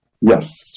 Yes